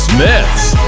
Smiths